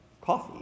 coffee